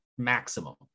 maximum